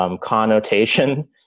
connotation